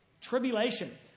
Tribulation